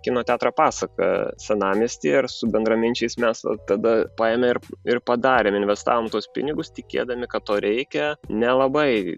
kino teatrą pasaka senamiestyje ar su bendraminčiais mes tada paėmėm ir ir padarėm investavom tuos pinigus tikėdami kad to reikia nelabai